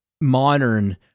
modern